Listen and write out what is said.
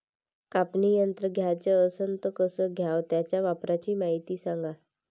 कापनी यंत्र घ्याचं असन त कस घ्याव? त्याच्या वापराची मायती सांगा